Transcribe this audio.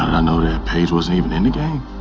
i know that page wasn't even in the gang.